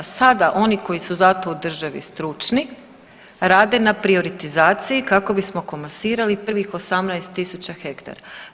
Sada oni koji su za to u državi stručni radi na prioritizaciji kako bismo komasirali prvih 18 tisuća hektara.